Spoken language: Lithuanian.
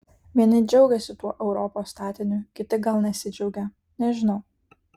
vieni džiaugiasi tuo europos statiniu kiti gal nesidžiaugia nežinau